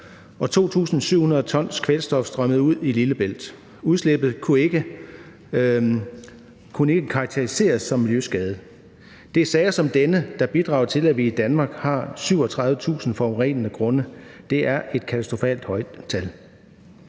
og 2.700 t kvælstof strømmede ud i Lillebælt. Udslippet kunne ikke karakteriseres som miljøskade. Det er sager som denne, der bidrager til, at vi i Danmark har 37.000 forurenende grunde. Det er et katastrofalt højt tal.